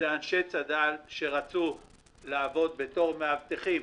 אנשי צד"ל שרצו לעבוד בתור מאבטחים.